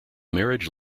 marriage